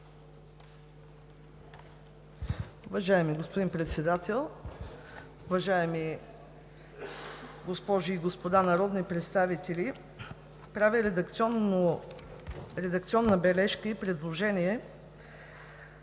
Уважаеми господин Председател, уважаеми госпожи и господа народни представители! Правя редакционна бележка и предложение